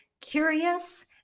curious